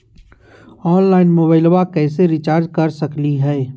Online मोबाइलबा कैसे recharge कर सकलिए है?